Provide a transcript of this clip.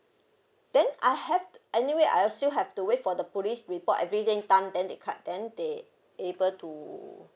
then I have anyway I still have to wait for the police report everything done then they cut then they able to